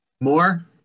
More